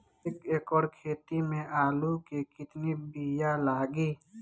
एक एकड़ खेती में आलू के कितनी विया लागी?